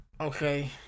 Okay